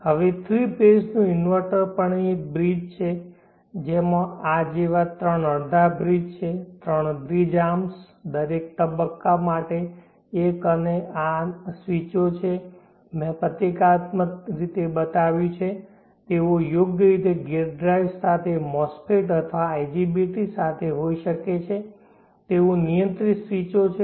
હવે three phase નું inverter પણ એક બ્રિજ છે તેમાં આ જેવા 3 અડધા બ્રિજ છે 3 બ્રિજ આર્મ્સ દરેક તબક્કા માટે એક અને આ સ્વીચો મેં પ્રતીકાત્મક રીતે બતાવ્યું છે તેઓ યોગ્ય ગેઇટ ડ્રાઇવ્સ સાથે MOSFETs અથવા IGBTs હોઈ શકે છે તેઓ નિયંત્રિત સ્વીચો છે